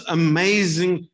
amazing